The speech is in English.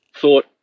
thought